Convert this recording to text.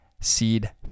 seed